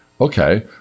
Okay